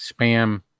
spam